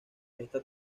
esta